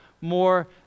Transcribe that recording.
more